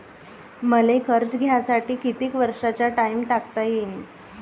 मले कर्ज घ्यासाठी कितीक वर्षाचा टाइम टाकता येईन?